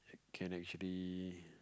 can actually